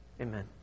amen